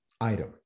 item